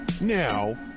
Now